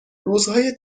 روزهای